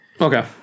Okay